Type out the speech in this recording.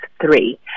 three